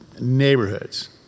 neighborhoods